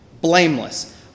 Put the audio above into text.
Blameless